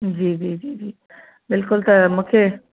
जी जी जी जी बिल्कुलु त मूंखे